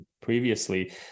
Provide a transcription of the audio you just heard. previously